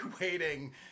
waiting